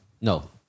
No